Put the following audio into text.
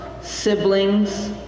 siblings